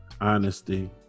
honesty